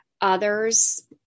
others